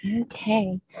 Okay